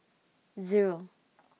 Zero